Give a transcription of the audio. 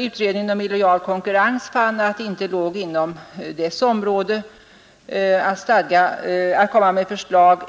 Utredningen om illojal konkurrens fann emellertid att det inte låg inom dess område att komma med förslag.